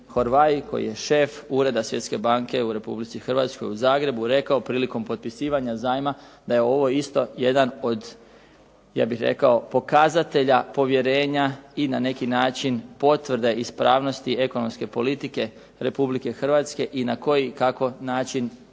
koji je šef Ureda svjetske banke u Republici Hrvatskoj u Zagrebu rekao prilikom potpisivanja zajma da je ovo isto jedan od ja bih rekao pokazatelja povjerenja i na neki način potvrde ispravnosti ekonomske politike Republike Hrvatske i na koji kako način